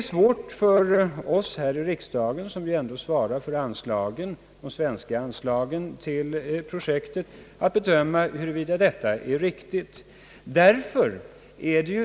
För oss här i riksdagen, som ju ändå svarar för de svenska anslagen till projektet, är det svårt att bedöma huruvida detta är riktigt.